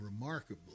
remarkably